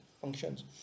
functions